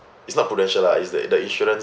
it's not Prudential lah it's the the insurance